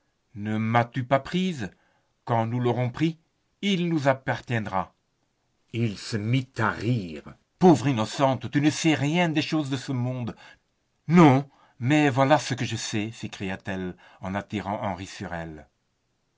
ne m'as-tu pas prise quand nous l'aurons pris il nous appartiendra il se mit à rire pauvre innocente tu ne sais rien des choses de ce monde non mais voilà ce que je sais s'écria-t-elle en attirant henri sur elle